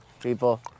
people